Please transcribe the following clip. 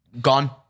gone